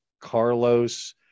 carlos